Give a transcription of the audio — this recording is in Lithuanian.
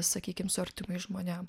sakykim su artimais žmonėm